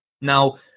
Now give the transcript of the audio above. Now